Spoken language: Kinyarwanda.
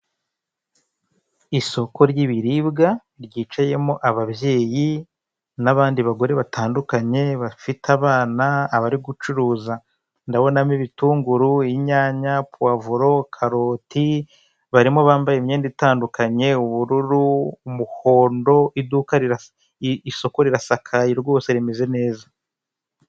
Kigali Kibagabaga hari inzu ikodeshwa ifite ibyumba bitanu. Ikodeshwa mu madolari magana abiri na mirongo ine, mu gihe kingana n'ukwezi kumwe konyine.